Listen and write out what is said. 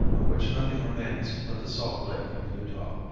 of which nothing remains but the salt lake of utah,